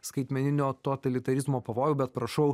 skaitmeninio totalitarizmo pavojų bet prašau